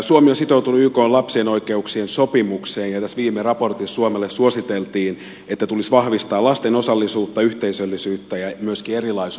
suomi on sitoutunut ykn lapsen oikeuksien sopimukseen ja tässä viime raportissa suomelle suositeltiin että tulisi vahvistaa lasten osallisuutta yhteisöllisyyttä ja myöskin erilaisuuden hyväksyntää